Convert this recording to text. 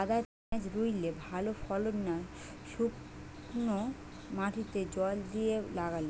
কাদায় পেঁয়াজ রুইলে ভালো ফলন না শুক্নো মাটিতে জল দিয়ে লাগালে?